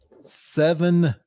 Seven